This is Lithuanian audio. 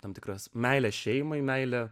tam tikras meilę šeimai meilę